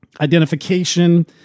identification